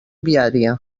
viaria